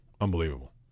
Unbelievable